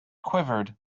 quivered